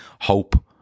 hope